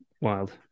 Wild